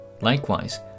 Likewise